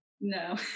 no